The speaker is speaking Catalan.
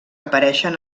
apareixen